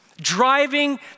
Driving